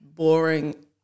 boring